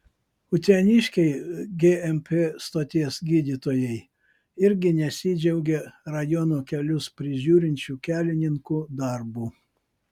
uteniškiai gmp stoties gydytojai irgi nesidžiaugia rajono kelius prižiūrinčių kelininkų darbu